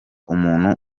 umuntu